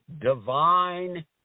divine